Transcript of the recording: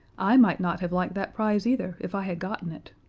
i might not have liked that prize either, if i had gotten it.